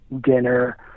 dinner